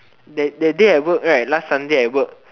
that that day I work right last sunday I work